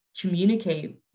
communicate